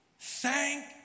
Thank